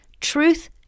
truth